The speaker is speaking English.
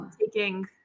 taking